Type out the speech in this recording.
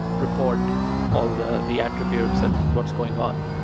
report all the the attributes and what's going on.